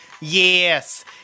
Yes